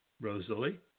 Rosalie